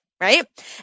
right